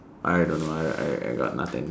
I really don't know I I I got nothing